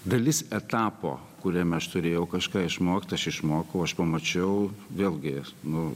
dalis etapo kuriame aš turėjau kažką išmokti aš išmokau aš pamačiau vėl gi nu